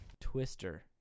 Twister